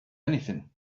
anything